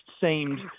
seemed